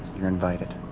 you're invited.